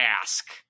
ask